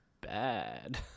bad